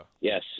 Yes